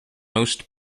most